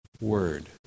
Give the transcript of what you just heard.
word